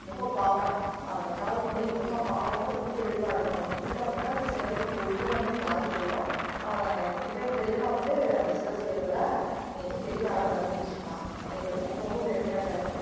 முக பாவனை அந்த கடவுள்ன்னுடைய முக பாவனை ரொம்ப தெளிவாக இருக்கணும் இல்லை அப்படின்னா அந்த சிலையினுடைய உருவமே மாறிப்போயிடும் அவன் மிகத் தெளிவாக வந்து அந்த சிலை செய்கிறதுல இன்றைக்கி பெரிய ஆளாக விளங்கிட்ருக்கான் அப்படிங்கிறதுல எனக்கு ரொம்ப பெருமையாகதான் இருக்குது